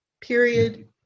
period